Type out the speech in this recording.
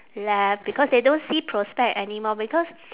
left because they don't see prospect anymore because